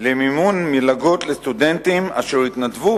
למימון מלגות לסטודנטים אשר התנדבו